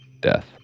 death